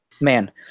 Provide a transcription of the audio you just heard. man